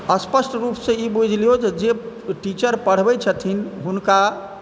स्पष्ट रूपसँ ई बुझि लिऔ जे जे टीचर पढ़बै छथिन हुनका